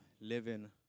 living